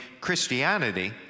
Christianity